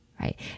Right